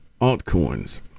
altcoins